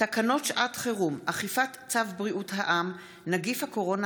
תקנות שעת חירום (אכיפת צו בריאות העם) (נגיף הקורונה